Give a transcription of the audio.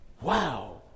Wow